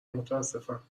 متاسفم